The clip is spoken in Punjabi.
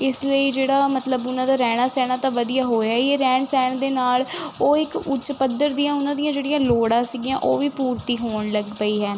ਇਸ ਲਈ ਜਿਹੜਾ ਮਤਲਬ ਉਹਨਾਂ ਦਾ ਰਹਿਣਾ ਸਹਿਣਾ ਤਾਂ ਵਧੀਆ ਹੋਇਆ ਹੀ ਹੈ ਰਹਿਣ ਸਹਿਣ ਦੇ ਨਾਲ ਉਹ ਇੱਕ ਉੱਚ ਪੱਧਰ ਦੀਆਂ ਉਹਨਾਂ ਦੀਆਂ ਜਿਹੜੀਆਂ ਲੋੜਾਂ ਸੀਗੀਆਂ ਉਹ ਵੀ ਪੂਰਤੀ ਹੋਣ ਲੱਗ ਪਈ ਹੈ